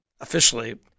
officially